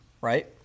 Right